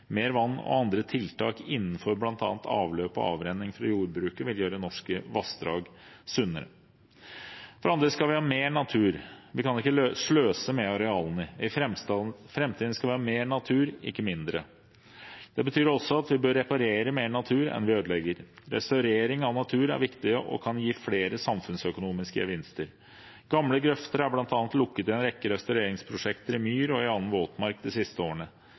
Mer vann og andre tiltak innenfor bl.a. avløp og avrenning fra jordbruket vil gjøre norske vassdrag sunnere. For det andre skal vi ha mer natur: Vi kan ikke sløse med arealene. I framtiden skal vi ha mer natur, ikke mindre. Det betyr også at vi bør reparere mer natur enn vi ødelegger. Restaurering av natur er viktig og kan gi flere samfunnsøkonomiske gevinster. Gamle grøfter er bl.a. lukket i en rekke restaureringsprosjekter i myr og annen våtmark de siste årene.